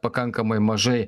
pakankamai mažai